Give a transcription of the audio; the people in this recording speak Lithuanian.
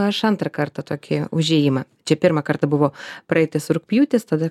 aš antrą kartą tokį užėjimą čia pirmą kartą buvo praeitas rugpjūtis tada